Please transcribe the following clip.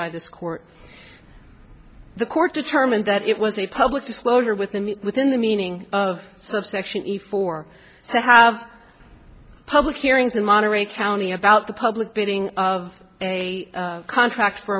by this court the court determined that it was a public disclosure within the within the meaning of subsection efore to have public hearings in monterey county about the public building of a contract for